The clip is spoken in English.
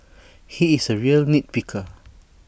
he is A real nit picker